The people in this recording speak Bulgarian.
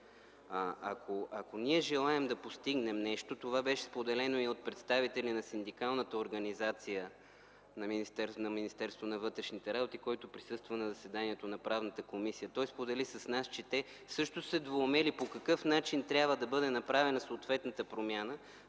Ако ние желаем да постигнем нещо – това беше споделено и от представителя на синдикалната организация на Министерството на вътрешните работи, който присъства на заседанието на Правната комисия, той сподели с нас, че те също са се двоумили по какъв начин трябва да бъде направена съответната промяна,